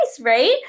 right